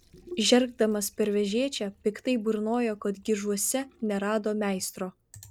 žergdamas per vežėčią piktai burnojo kad gižuose nerado meistro